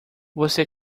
você